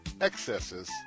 excesses